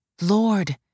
Lord